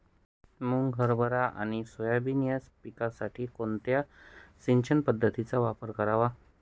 मुग, हरभरा आणि सोयाबीन या पिकासाठी कोणत्या सिंचन पद्धतीचा वापर करावा?